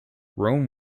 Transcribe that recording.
rome